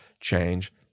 change